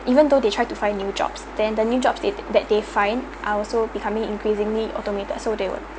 even though they try to find new jobs then the new jobs that that they find are also becoming increasingly automated so they would